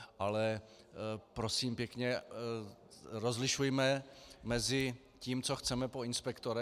Ale prosím pěkně, rozlišujme mezi tím, co chceme po inspektorech.